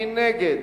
מי נגד?